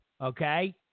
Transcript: Okay